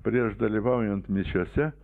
prieš dalyvaujant mišiose